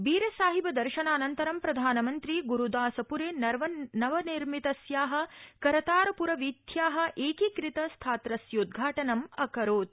बेरसाहिब दर्शनानन्तरं प्रधानमन्त्री गुरूदासपुरे नवनिर्मितस्या करतारपुर वीथ्या एकीकृत स्थात्रस्य चोद्घाटनम् अकरोत्